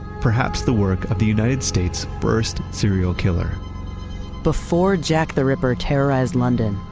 perhaps the work of the united states' first serial killer before jack the ripper terrorized london,